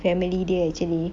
family dia actually